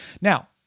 Now